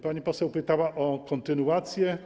Pani poseł pytała o kontynuację.